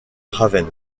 raven